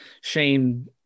Shane